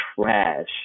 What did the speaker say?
trash